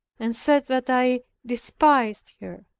and said that i despised her.